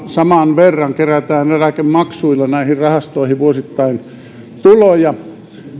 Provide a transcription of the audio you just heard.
saman verran kerätään eläkemaksuilla näihin rahastoihin vuosittain tuloja